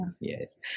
yes